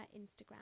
Instagram